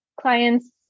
clients